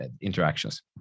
interactions